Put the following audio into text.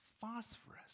Phosphorus